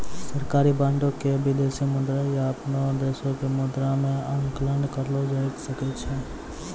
सरकारी बांडो के विदेशी मुद्रा या अपनो देशो के मुद्रा मे आंकलन करलो जाय सकै छै